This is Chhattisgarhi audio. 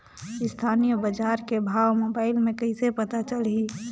स्थानीय बजार के भाव मोबाइल मे कइसे पता चलही?